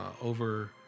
over